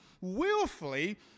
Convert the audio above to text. willfully